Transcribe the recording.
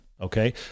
okay